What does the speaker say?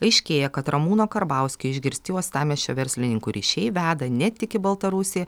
aiškėja kad ramūno karbauskio išgirsti uostamiesčio verslininkų ryšiai veda ne tik į baltarusiją